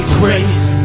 grace